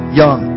young